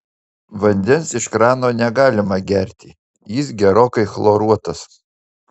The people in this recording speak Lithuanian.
vandens iš krano negalima gerti jis gerokai chloruotas